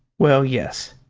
well, yes.